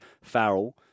Farrell